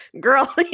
Girl